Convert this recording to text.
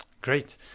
Great